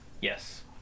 Yes